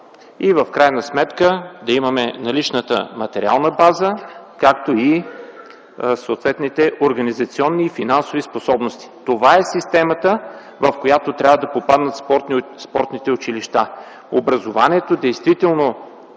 и в крайна сметка да имаме наличната материална база, както и съответните организационни и финансови способности. Това е системата, в която трябва да попаднат спортните училища. Образованието действително